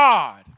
God